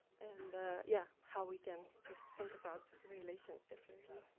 and yeah, how we can just think about relations differently.